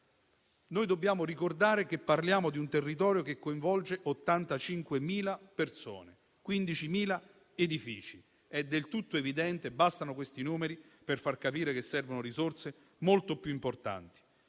Dobbiamo ricordare che parliamo di un territorio che coinvolge 85.000 persone e 15.000 edifici. Bastano questi numeri per far capire che servono risorse molto più importanti.